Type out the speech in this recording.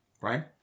Right